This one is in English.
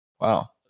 Wow